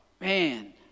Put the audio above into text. man